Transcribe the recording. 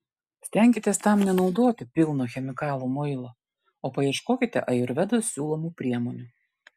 stenkitės tam nenaudoti pilno chemikalų muilo o paieškokite ajurvedos siūlomų priemonių